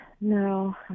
No